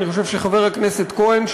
אני חושב שחבר הכנסת כהן,